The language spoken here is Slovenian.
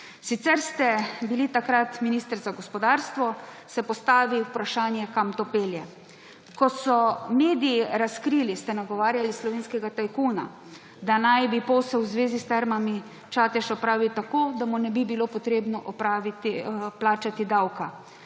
sicer ste bili takrat minister za gospodarstvo, se postavi vprašanje, kam to pelje. Ko so mediji razkrili, ste nagovarjali slovenskega tajkuna, da naj bi posel v zvezi s Termami Čatež opravil tako, da mu ne bi bilo potrebno plačati davka.